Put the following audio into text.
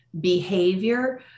behavior